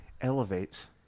elevates